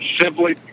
simply